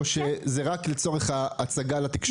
או שזה רק לצורך ההצגה לתקשורת.